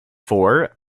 for